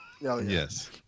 Yes